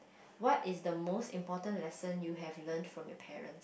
what is the most important lesson you have learnt from your parent